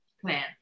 plan